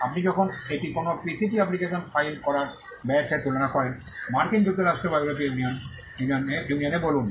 আপনি যখন এটি কোনও পিসিটি অ্যাপ্লিকেশন ফাইল করার ব্যয়ের সাথে তুলনা করেন মার্কিন যুক্তরাষ্ট্র বা ইউরোপীয় ইউনিয়নে বলুন